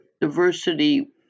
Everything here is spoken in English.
diversity